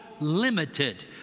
limited